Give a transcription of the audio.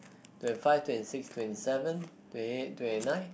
twenty five twenty six twenty seven twenty eight twenty nine